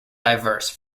diverse